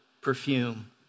perfume